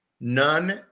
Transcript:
none